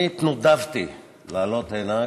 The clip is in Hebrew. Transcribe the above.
אני התנודבתי לעלות הנה,